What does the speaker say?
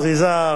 זריזה,